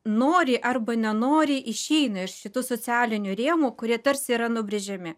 nori arba nenoriai išeina iš šitų socialinių rėmų kurie tarsi yra nubrėžiami